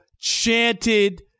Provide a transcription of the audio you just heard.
chanted